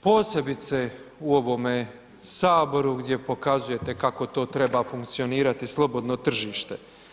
posebice u ovome Saboru, gdje pokazujete kako to treba funkcionirati slobodno tržište.